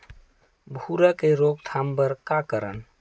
भूरा के रोकथाम बर का करन?